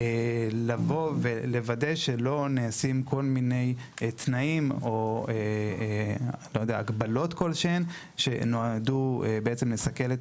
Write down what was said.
היא לוודא שלא נעשים כל מיני תנאים או הגבלות כלשהן שנועדו לסכל את